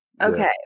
okay